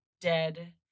dead